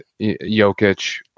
Jokic